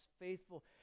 faithful